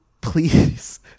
please